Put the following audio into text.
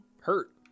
Hurt